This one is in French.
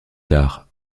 tard